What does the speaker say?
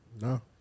No